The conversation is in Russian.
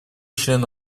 член